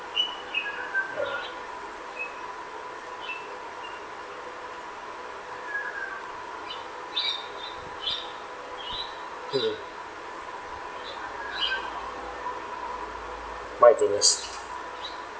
mmhmm my goodness